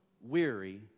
weary